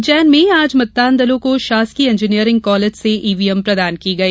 उज्जैन में आज मतदान दलों को शासकीय इंजीनियरिंग कॉलेज से ईवीएम प्रदान की गई